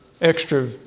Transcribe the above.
extra